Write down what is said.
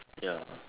ya